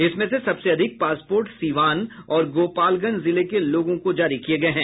इसमें से सबसे अधिक पासपोर्ट सीवान और गोपालगंज जिले के लोगों को जारी किये गये हैं